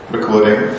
recording